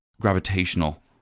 gravitational